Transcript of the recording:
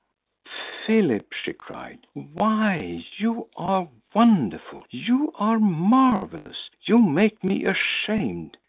philip! she cried. why, you are wonderful! you are marvellous! you make me ashamed.